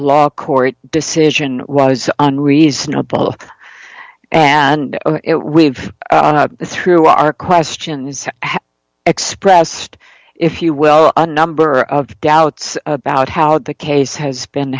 a court decision was unreasonable and we've through our questions have expressed if you will a number of doubts about how the case has been